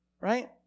Right